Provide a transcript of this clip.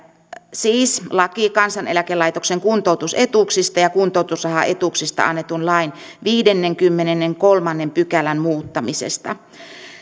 laki kansaneläkelaitoksen kuntoutusetuuksista ja kuntoutusrahaetuuksista annetun lain viidennenkymmenennenkolmannen pykälän muuttamisesta